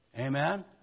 Amen